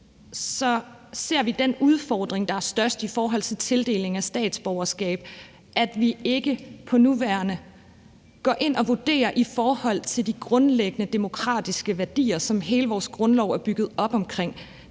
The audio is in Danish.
ser vi den største udfordring i forhold til tildeling af statsborgerskab ligge i, at vi ikke for nuværende går ind og vurderer i forhold til de grundlæggende demokratiske værdier, som hele vores grundlov er bygget op omkring.